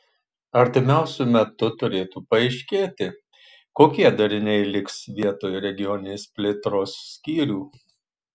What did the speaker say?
artimiausiu metu turėtų paaiškėti kokie dariniai liks vietoj regioninės plėtros skyrių